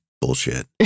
bullshit